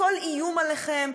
וכל איום עליכם,